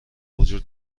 وجود